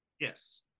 Yes